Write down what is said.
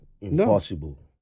impossible